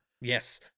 Yes